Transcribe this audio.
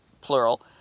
plural